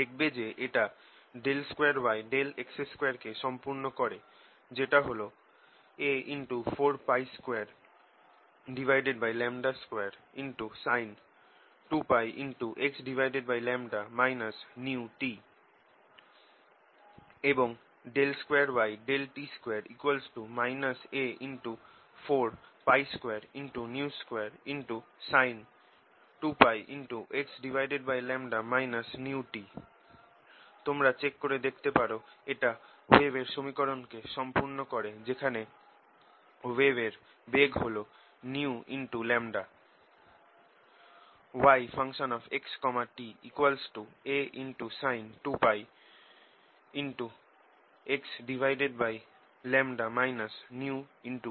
দেখবে যে এটা 2yx2 কে সম্পূর্ণ করে যেটা হল A422sin2πx νt এবং 2yt2 A422sin2πx νt তোমরা চেক করে দেখতে পারো এটা ওয়েভের সমীকরণ কে সম্পূর্ণ করে যেখানে ওয়েভের বেগ হল ν λ